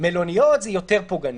מלוניות זה יותר פוגעני,